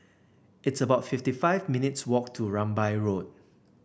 it's about fifty five minutes' walk to Rambai Road